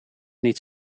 niet